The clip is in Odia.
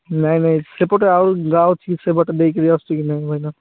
ନାଇଁ ନାଇଁ ସେପଟେ ଆଉ ଗାଁ ଅଛି ସେପଟେ ଦେଇକିରି ଆସୁଛି କି ନାଇଁ ଭାଇନା